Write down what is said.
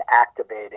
activating